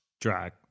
drag